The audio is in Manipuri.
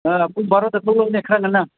ꯑꯥ ꯄꯨꯡ ꯕꯥꯔꯣꯗ ꯊꯣꯛꯂꯛꯎꯅꯦ ꯈꯔ ꯉꯟꯅ